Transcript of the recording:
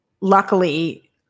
luckily